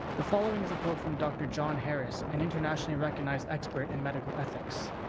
the following is a quote from dr. john harris, an internationally recognized expert in medical ethics.